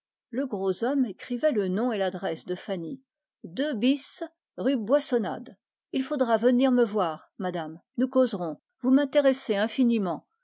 le gros homme écrivait le nom et l'adresse de anny eux bis rue boissonade il faudra venir me voir madame nous causerons et